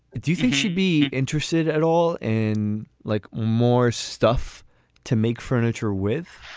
do you think she'd be interested at all in like more stuff to make furniture with?